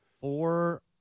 Four